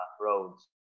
roads